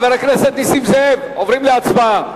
חבר הכנסת נסים זאב, אנחנו עוברים להצבעה.